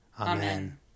Amen